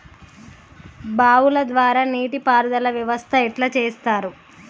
బావుల ద్వారా నీటి పారుదల వ్యవస్థ ఎట్లా చేత్తరు?